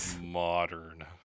modern